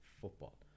football